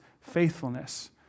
faithfulness